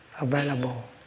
available